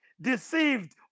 deceived